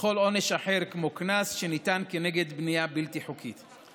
וכל עונש אחר כמו קנס שניתן כנגד בנייה בלתי חוקית.